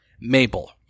mabel